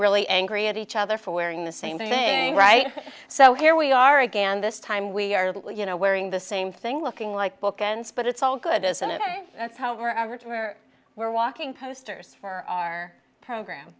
really angry at each other for wearing the same thing right so here we are again this time we are little you know wearing the same thing looking like bookends but it's all good isn't it that's how we're over to her we're walking posters for our program